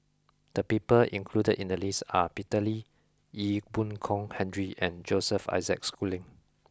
the people included in the list are Peter Lee Ee Boon Kong Henry and Joseph Isaac Schooling